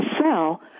sell